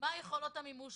מה יכולות המימוש,